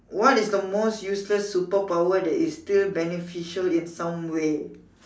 what is the most useless superpower that is still beneficial in some way